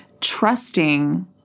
Trusting